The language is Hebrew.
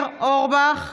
אורבך,